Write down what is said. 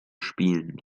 spielen